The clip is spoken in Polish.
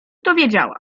dowiedziała